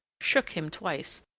shook him twice,